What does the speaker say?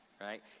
right